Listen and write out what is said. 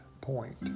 point